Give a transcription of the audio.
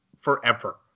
forever